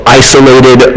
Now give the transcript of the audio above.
isolated